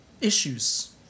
issues